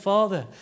Father